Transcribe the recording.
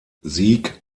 sieg